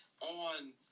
on